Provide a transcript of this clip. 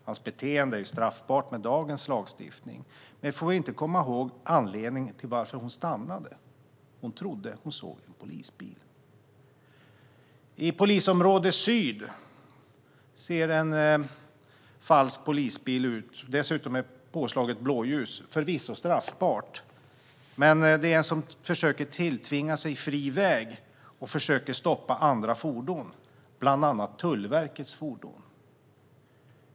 Hans beteende är straffbart med dagens lagstiftning, men anledningen till att hon stannade var att hon trodde att hon såg en polisbil. I polisregion Syd åker en falsk polisbil med påslaget blåljus, vilket förvisso är straffbart, och försöker tilltvinga sig fri väg och stoppa andra fordon, bland annat Tullverkets fordon.